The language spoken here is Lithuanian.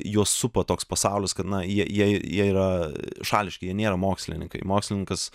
juos supa toks pasaulis kad na jie jie jie yra šališki jie nėra mokslininkai mokslininkas